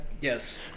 Yes